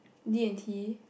D-and-T